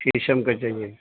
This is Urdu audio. فیشم کے چاہیے